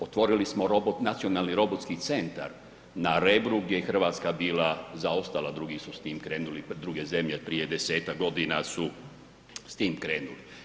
Otvorili smo nacionalni robotski centar na Rebru gdje je Hrvatska bila zaostala, drugi su s time krenuli, druge zemlje prije 10-ak godina su s tim krenuli.